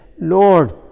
Lord